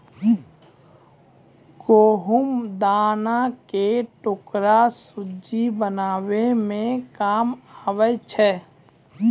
गहुँम दाना के टुकड़ा सुज्जी बनाबै मे काम आबै छै